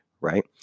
right